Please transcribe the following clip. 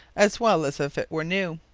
as well as if it were new.